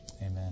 Amen